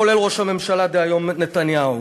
כולל ראש הממשלה דהיום נתניהו.